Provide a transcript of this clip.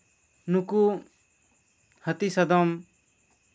ᱱᱩᱠᱩ ᱦᱟᱹᱛᱤᱼᱥᱟᱫᱚᱢ